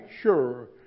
sure